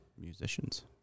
musicians